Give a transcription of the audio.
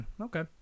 Okay